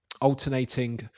alternating